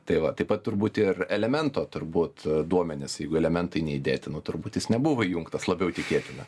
tai va taip pat turbūt ir elemento turbūt duomenis jeigu elementai neįdėti nu turbūt jis nebuvo įjungtas labiau tikėtina